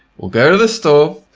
we'll go to the store,